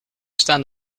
staan